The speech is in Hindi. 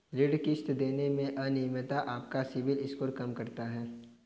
ऋण किश्त देने में अनियमितता आपका सिबिल स्कोर कम करता है